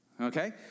Okay